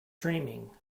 dreaming